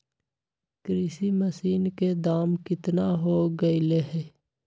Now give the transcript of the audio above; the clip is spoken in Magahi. कृषि मशीन के दाम कितना हो गयले है?